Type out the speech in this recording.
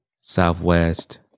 Southwest